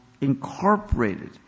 incorporated